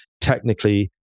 technically